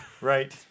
Right